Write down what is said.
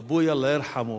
אבּוי, אללה ירחמה,